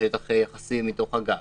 בשטח היחסי מתוך הגג,